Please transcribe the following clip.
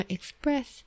Express